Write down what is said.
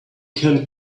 can